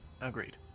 Agreed